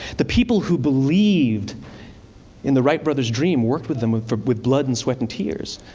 the people who believed in the wright brothers' dream worked with them with blood and sweat and tears.